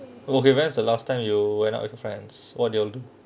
okay that's the last time you went out with your friends what they all do